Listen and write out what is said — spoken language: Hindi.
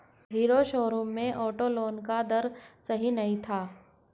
हीरो शोरूम में ऑटो लोन का दर सही नहीं था